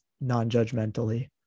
non-judgmentally